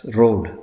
road